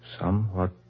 somewhat